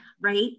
Right